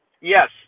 Yes